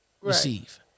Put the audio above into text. receive